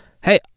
Hey